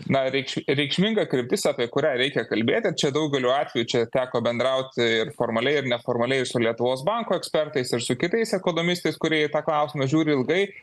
na reikš reikšminga kryptis apie kurią reikia kalbėti čia daugeliu atvejų čia teko bendrauti ir formaliai ir neformaliai ir su lietuvos banko ekspertais ir su kitais ekonomistais kurie į tą klausimą žiūri ilgai